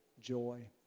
joy